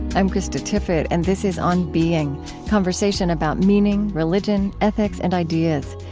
i'm krista tippett, and this is on being conversation about meaning, religion, ethics, and ideas.